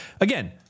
again